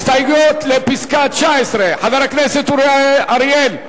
הסתייגות 19, חבר הכנסת אורי אריאל.